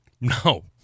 No